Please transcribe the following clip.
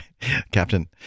Captain